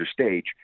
stage